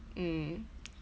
mm